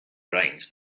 brains